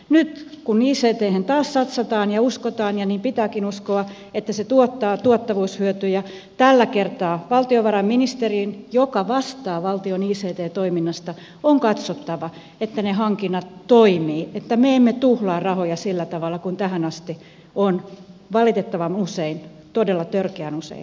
nyt kun icthen taas satsataan ja uskotaan ja niin pitääkin uskoa että se tuottaa tuottavuushyötyjä tällä kertaa valtiovarainministerin joka vastaa valtion ict toiminnasta on katsottava että ne hankinnat toimivat että me emme tuhlaa rahoja sillä tavalla kuin tähän asti on valitettavan usein todella törkeän usein tapahtunut